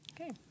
okay